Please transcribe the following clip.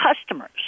customers